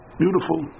beautiful